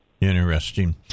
Interesting